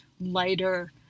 lighter